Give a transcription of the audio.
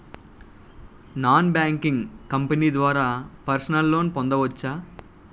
Non banking company ద్వారా personal loan పొందవచ్చా?